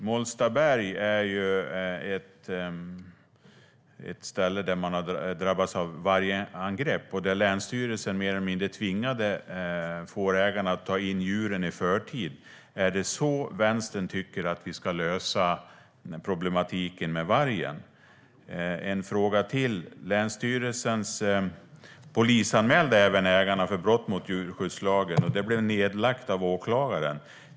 Molstaberg är ett ställe där man har drabbats av vargangrepp och där länsstyrelsen mer eller mindre tvingade fårägarna att ta in djuren i förtid. Är det så Vänstern tycker att vi ska lösa problematiken med vargen? Jag har en fråga till. Länsstyrelsen polisanmälde ägarna för brott mot djurskyddslagen, men det blev nedlagt av åklagaren.